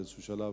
באיזה שלב,